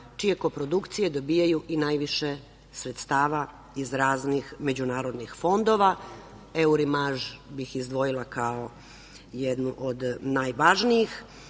čije kooprodukcije dobijaju i najviše sredstava iz raznih međunarodnih fondova, Eurimaž, bih izdvojila kao jednu od najvažnijih.